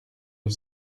und